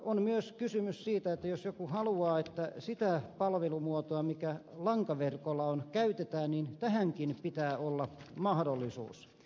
on myös kysymys siitä että jos joku haluaa että sitä palvelumuotoa mikä lankaverkolla on käytetään niin tähänkin pitää olla mahdollisuus